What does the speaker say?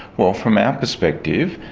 well, from our perspective,